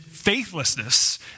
faithlessness